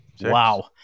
Wow